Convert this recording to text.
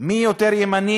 מי יותר ימני,